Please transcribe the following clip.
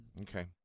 Okay